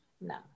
No